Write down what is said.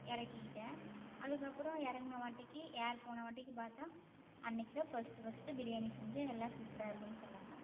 இறக்கிக்கிட்டேன் அதுக்கப்புறம் இறங்குனவாட்டிக்கி ஏர் போன வாட்டிக்கி பார்த்தா அன்றைக்கு தான் ஃபஸ்ட்டு ஃபஸ்ட்டு பிரியாணி செஞ்சேன் எல்லாம் சூப்பராக இருக்குன்னு சொன்னாங்க